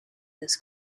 this